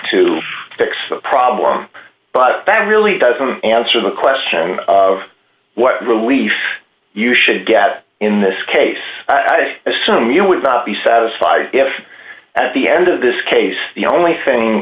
to fix the problem but bad really doesn't answer the question of what relief you should get in this case i assume you know it be satisfied if at the end of this case the only thing